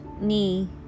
knee